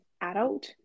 adult